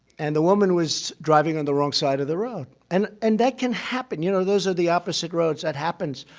and the woman was driving on the wrong side of the road. and and that can happen. you know, those are the opposite roads. that happens.